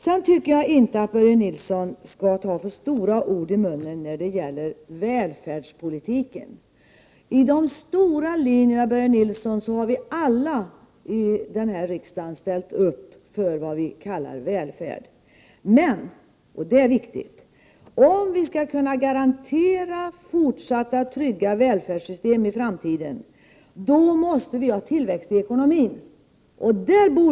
Jag tycker inte att Börje Nilsson skall ta för stora ord i munnen när det gäller välfärdspolitiken. I fråga om de stora linjerna, Börje Nilsson, har vi alla i denna riksdag ställt upp för vad vi kallar välfärd. Men — och det är viktigt — om vi skall kunna garantera trygga välfärdssystem i framtiden måste vi ha tillväxt i ekonomin.